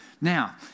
Now